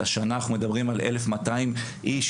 השנה אנחנו מדברים על 1,200 איש,